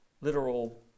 literal